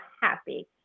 happy